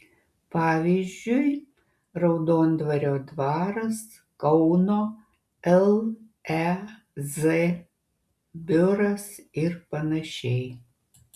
pavyzdžiui raudondvario dvaras kauno lez biuras ir panašiai